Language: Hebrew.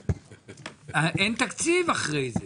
אין תקציב אחרי זה.